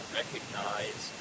recognize